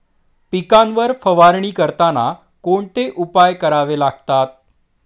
पिकांवर फवारणी करताना कोणते उपाय करावे लागतात?